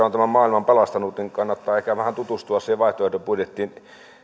on tämän maailman pelastanut niin kannattaa ehkä vähän tutustua siihen vaihtoehtobudjettiin